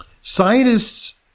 Scientists